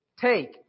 take